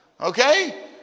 okay